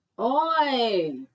Oi